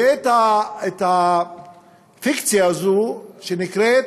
ואת הפיקציה הזו שנקראת,